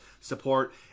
support